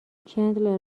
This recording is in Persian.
چندلر